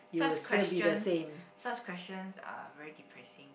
such questions such questions are very depressing